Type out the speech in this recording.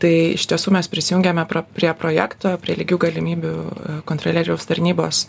tai iš tiesų mes prisijungėme prie prie projekto prie lygių galimybių kontrolieriaus tarnybos